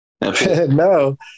No